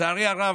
לצערי הרב,